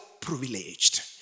privileged